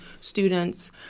students